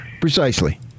precisely